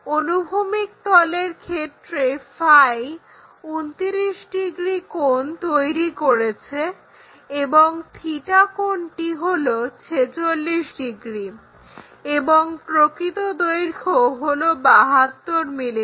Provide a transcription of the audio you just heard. অনুভূমিক তলের সাথে 29 ডিগ্রী কোণ তৈরি করেছে এবং কোণটি হলো 46 ডিগ্রি এবং প্রকৃত দৈর্ঘ্য হলো 72 mm